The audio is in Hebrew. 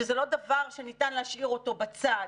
שזה לא נדבר שניתן להשאיר אותו בצד,